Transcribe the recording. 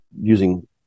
using